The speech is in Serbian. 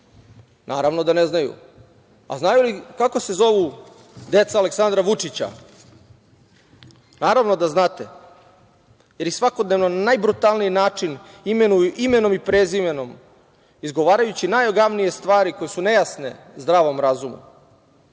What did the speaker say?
Naravno da ne znaju. Znaju li kako se zovu deca Aleksandra Vučića? Naravno da znate, jer ih svakodnevno na najbrutalniji način imenuju imenom i prezimenom izgovarajući najogavnije stvari koje su nejasne zdravom